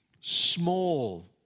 small